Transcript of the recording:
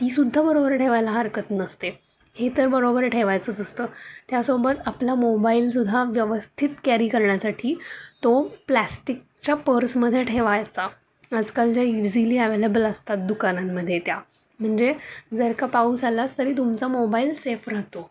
ती सुद्धा बरोबर ठेवायला हरकत नसते हे तर बरोबर ठेवायचंच असतं त्यासोबत आपला मोबाईल सुद्धा व्यवस्थित कॅरी करण्यासाठी तो प्लॅस्टिकच्या पर्समध्ये ठेवायचा आजकाल ज्या इझिली एवेलेबल असतात दुकानांमध्ये त्या म्हणजे जर का पाऊस आलास तरी तुमचा मोबाईल सेफ राहतो